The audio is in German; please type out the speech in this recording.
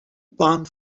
bahn